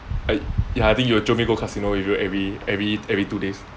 I ya I think you will jio me go casino if you every every every two days